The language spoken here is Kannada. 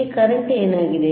ಇಲ್ಲಿ ಕರೆಂಟ್ ಏನಾಗಿದೆ